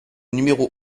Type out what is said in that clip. numéro